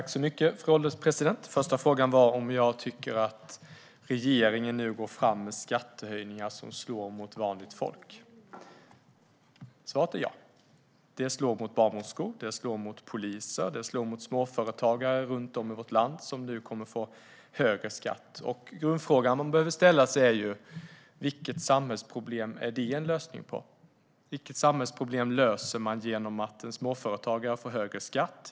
Fru ålderspresident! Den första frågan gällde om jag tycker att regeringen nu går fram med skattehöjningar som slår mot vanligt folk. Svaret är ja. Det slår mot barnmorskor, mot poliser och mot småföretagare runt om i vårt land. De kommer nu att få högre skatt. Grundfrågan man behöver ställa sig är: Vilket samhällsproblem är detta en lösning på? Vilket samhällsproblem löser man genom att en småföretagare får högre skatt?